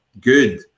good